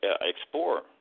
explore